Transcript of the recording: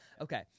Okay